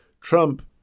Trump